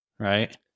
Right